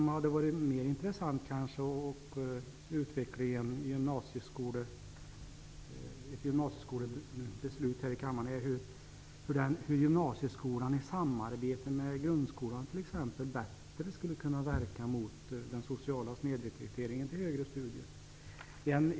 Det hade varit mer intressant att i samband med debatten om ett gymnasieskolebeslut här i kammaren utveckla frågan om hur gymnasieskolan i samarbete med t.ex. grundskolan bättre skulle kunna verka mot den sociala snedrekryteringen till högre studier.